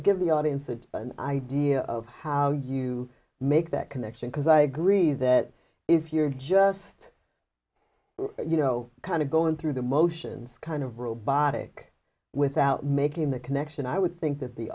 give the audience an idea of how you make that connection because i agree that if you're just you know kind of going through the motions kind of robotic without making the connection i would think that the